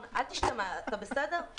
אנחנו